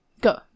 Go